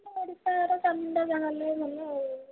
ଆମ ଓଡ଼ିଶାର ଚାଇମିନ୍ଟା ଯାହା ହେଲେ ଭଲ ଆଉ